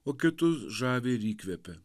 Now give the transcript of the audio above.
o kitus žavi ir įkvepia